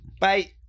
Bye